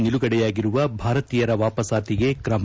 ನಿಲುಗಡೆಯಾಗಿರುವ ಭಾರತೀಯರ ವಾಪಸ್ನಾತಿಗೆ ಕ್ರಮ